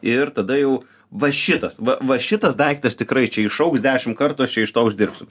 ir tada jau va šitas va va šitas daiktas tikrai čia išaugs dešim kartų aš čia iš to uždirbsiu